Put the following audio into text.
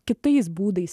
kitais būdais